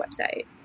website